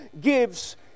gives